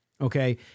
Okay